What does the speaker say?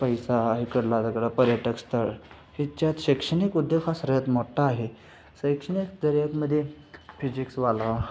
पैसा इकडचा सगळे पर्यटक स्थळ ह्याच्यात शैक्षणिक उद्योग हा सर्वात मोठ्ठा आहे शैक्षणिक उद्योगामध्ये फिजिक्सवाला